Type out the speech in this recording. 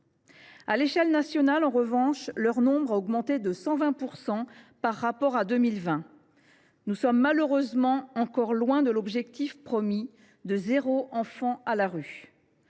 À l’échelle nationale, en revanche, leur nombre a augmenté de 120 % depuis 2020. Nous sommes malheureusement encore loin de l’objectif promis de « zéro enfant à la rue